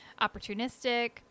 opportunistic